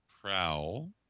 Prowl